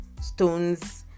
stones